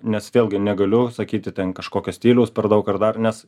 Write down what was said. nes vėlgi negaliu sakyti ten kažkokio stiliaus per daug ar dar nes